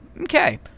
Okay